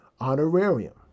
honorarium